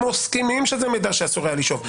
הם מסכימים שזה מידע שאסור היה לשאוב.